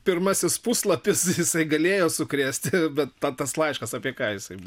pirmasis puslapis jisai galėjo sukrėsti bet ta tas laiškas apie ką jisaibuvo